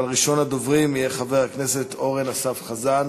אבל ראשון הדוברים יהיה חבר הכנסת אורן אסף חזן.